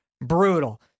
brutal